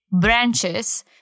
branches